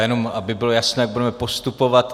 Já jenom, aby bylo jasné, jak budeme postupovat.